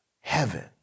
Heaven